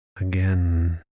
Again